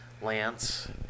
Lance